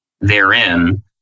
therein